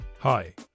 Hi